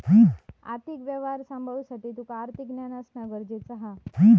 आर्थिक व्यवहार सांभाळुसाठी तुका आर्थिक ज्ञान असणा गरजेचा हा